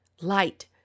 light